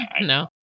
No